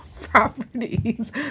properties